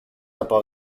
από